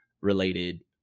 related